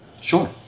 Sure